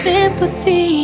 Sympathy